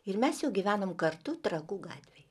ir mes jau gyvenom kartu trakų gatvėj